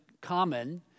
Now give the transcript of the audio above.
common